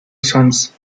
sons